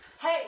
Hey